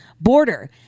Border